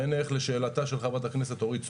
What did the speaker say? עיין ערך שאלתה של חברת הכנסת אורית סטרוק.